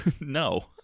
No